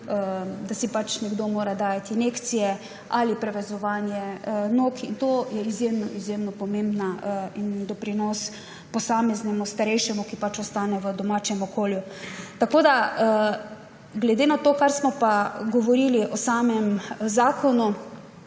da gre tudi za dajanje injekcij ali prevezovanje nog, in to je izjemno pomembno in doprinos posameznemu starejšemu, ki ostane v domačem okolju. Tako da glede na to, kar smo pa govorili o samem zakonu,